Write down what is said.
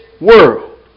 world